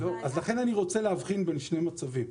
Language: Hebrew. לכן אני רוצה להבחין בין שני מצבים.